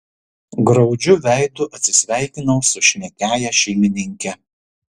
graudžiu veidu atsisveikinau su šnekiąja šeimininke